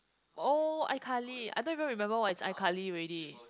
oh iCarly I don't even remember what is iCarly already